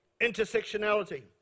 intersectionality